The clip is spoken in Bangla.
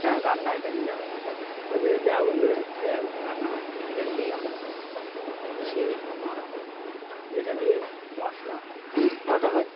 এটা রান্নার কাজে ববহার ওর ভিতরে দিয়ে আগুন বেরোয় সেই আগুনে রান্না হয় সেখান দিয়ে আমরা খাই শিল নোড়া যেটা দিয়ে মশলা বাটা হয়